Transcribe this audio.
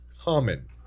common